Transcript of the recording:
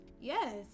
Yes